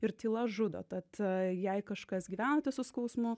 ir tyla žudo tad jei kažkas gyvenate su skausmu